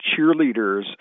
cheerleaders